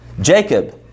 Jacob